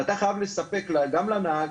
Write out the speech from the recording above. ואתה חייב לספק גם לנהג,